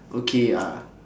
okay ah